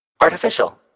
artificial